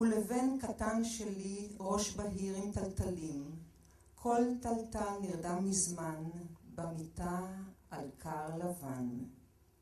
ולבן קטן שלי, ראש בהיר עם תלתלים, כל תלתל נרדם מזמן במיטה על כר לבן.